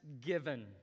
given